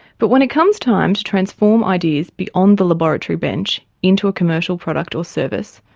but when it comes time to transform ideas beyond the laboratory bench into a commercial product or service,